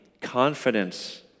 confidence